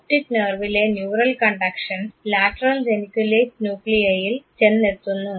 optic നേർവിലെ neural conduction lateral geniculate ന്യൂക്ലിയയിൽ ചെന്നെത്തുന്നു